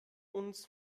uns